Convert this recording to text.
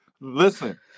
Listen